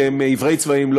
שהם עיוורי צבעים,